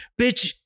bitch